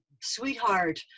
sweetheart